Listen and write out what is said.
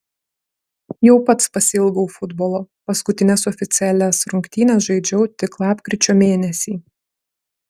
jau pats pasiilgau futbolo paskutines oficialias rungtynes žaidžiau tik lapkričio mėnesį